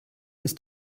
ist